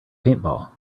paintball